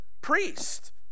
priest